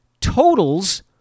totals